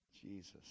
Jesus